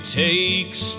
takes